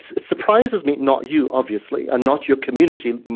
it surprises me. not you, obviously and not your community,